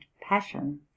passion